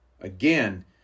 Again